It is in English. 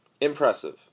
Impressive